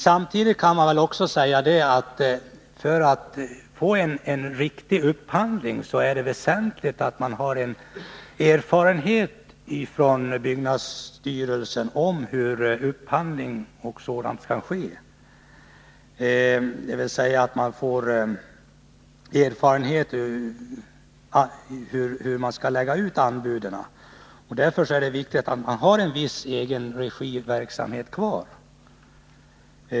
Jag kan väl också säga att för att kunna göra en riktig upphandling är det väsentligt att byggnadsstyrelsen har erfarenhet från arbeten i egen regi. Det är alltså viktigt av det skälet att ha en viss egenregiverksamhet kvar.